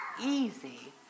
easy